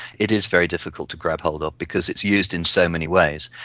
it is very difficult to grab hold of because it's used in so many ways.